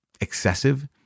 excessive